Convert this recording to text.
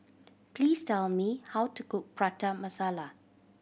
please tell me how to cook Prata Masala